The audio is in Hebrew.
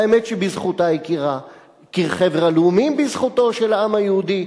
האמת שבזכותה הכיר חבר הלאומים בזכותו של העם היהודי.